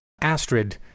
Astrid